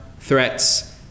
threats